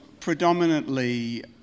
predominantly